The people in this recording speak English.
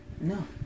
No